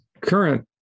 current